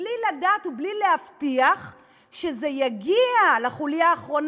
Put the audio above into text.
בלי לדעת ובלי להבטיח שזה יגיע לחוליה האחרונה,